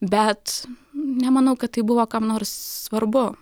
bet nemanau kad tai buvo kam nors svarbu